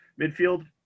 midfield